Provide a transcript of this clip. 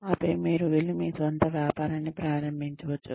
ఆపై మీరు వెళ్లి మీ స్వంత వ్యాపారాన్ని ప్రారంభించవచ్చు